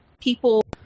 people